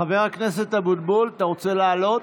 חבר הכנסת אבוטבול, אתה רוצה לעלות?